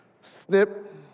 snip